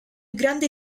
grande